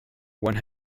one